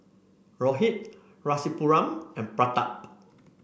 Rohit Rasipuram and Pratap